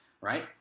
right